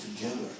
together